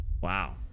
Wow